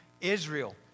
Israel